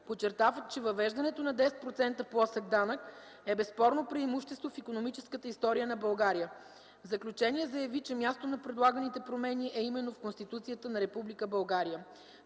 Подчерта, че въвеждането на 10 % плосък данък е безспорно преимущество в икономическата история на България. В заключение заяви, че мястото на предлаганите промени е в Конституцията на Република